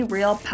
Real